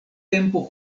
tempo